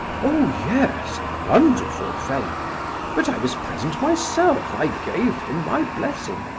oh, yes a wonderful fellow but i was present myself. i gave him my blessing.